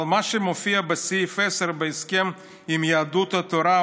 אבל מה שמופיע בסעיף 10 בהסכם עם יהדות התורה,